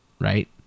right